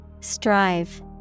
Strive